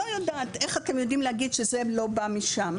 לא יודעת איך אתם יודעים להגיד שזה לא בא משם.